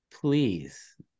please